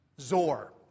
Zor